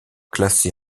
classés